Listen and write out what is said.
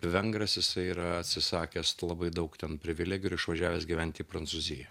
vengras jisai yra atsisakęs labai daug ten privilegijų ir išvažiavęs gyventi į prancūziją